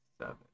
seven